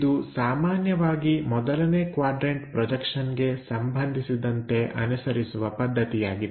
ಇದು ಸಾಮಾನ್ಯವಾಗಿ ಮೊದಲನೇ ಕ್ವಾಡ್ರನ್ಟ ಪ್ರೊಜೆಕ್ಷನ್ಗೆ ಸಂಬಂಧಿಸಿದಂತೆ ಅನುಸರಿಸುವ ಪದ್ಧತಿಯಾಗಿದೆ